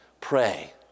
pray